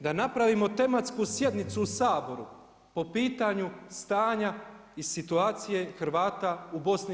Da napravimo tematsku sjednicu u Saboru po pitanju stanja i situacija Hrvata u BIH.